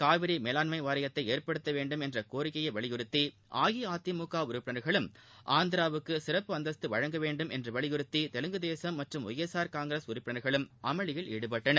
காவிரி மேலாண்மை வாரியத்தை ஏற்படுத்த வேண்டுமென்ற கோரிக்கையை வலியுறுத்தி அஇடஅதிமுக உறுப்பினர்களும் ஆந்திராவுக்கு சிறப்பு அந்தஸ்து வழங்க வேண்டுமென்ற கோரிக்கையை வலியுறுத்தி தெலுங்கு தேசும் மற்றும் ஒய்எஸ்ஆர் காங்கிரஸ் உறுப்பினர்களும் அமளியில் ஈடுபட்டனர்